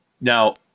now